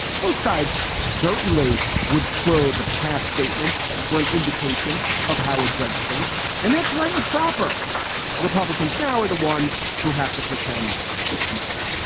both sides certainly would probe past statements for an indication of how a judge thinks. and that's right. and proper republicans now are the ones who have to pretend it's not.